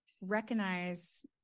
recognize